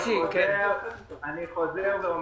אני חוזר ואומר: